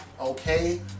okay